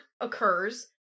occurs